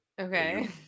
Okay